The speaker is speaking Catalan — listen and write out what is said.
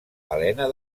helena